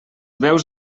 veus